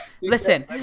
Listen